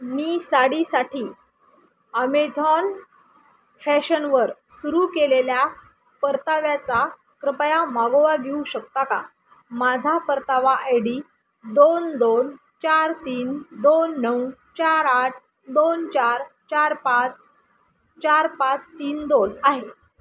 मी साडीसाठी अमेझॉन फॅशनवर सुरू केलेल्या परताव्याचा कृपया मागोवा घेऊ शकता का माझा परतावा आय डी दोन दोन चार तीन दोन नऊ चार आठ दोन चार चार पाच चार पाच तीन दोन आहे